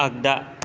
आग्दा